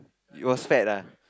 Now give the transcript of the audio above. you was fat ah